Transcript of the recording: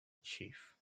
chief